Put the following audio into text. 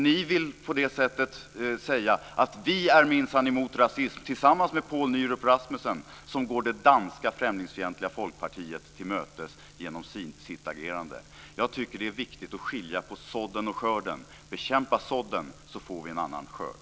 Ni vill på det här sättet säga: Vi är minsann emot rasism - tillsammans med Poul Nyrup Rasmussen, som går det danska främlingsfientliga folkpartiet till mötes genom sitt agerande. Jag tycker att det är viktigt att skilja på sådden och skörden. Bekämpa sådden så får vi en annan skörd.